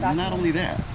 um not only that.